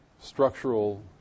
structural